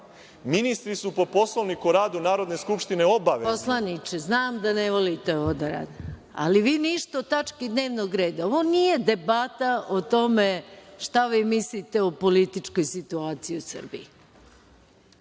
Vlade. Ministri su po Poslovniku o radu Narodne skupštine obavezni… **Maja Gojković** Poslaniče, znam da ne volite ovo da radim, ali vi ništa o tački dnevnog reda. Ovo nije debata o tome šta vi mislite o političkoj situaciji u Srbiji,